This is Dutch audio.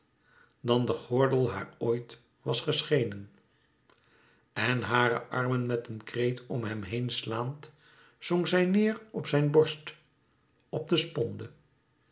dan de gordel haar ooit was geschenen en hare armen met een kreet om hem heen slaand zonk zij neêr op zijn borst op de